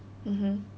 mmhmm